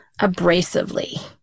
abrasively